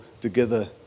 together